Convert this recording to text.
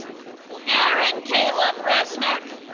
aaron caleb resnick